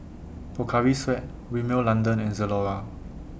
Pocari Sweat Rimmel London and Zalora